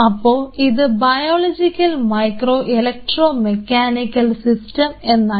അപ്പൊ ഇത് biological micro electro mechanical system എന്നായി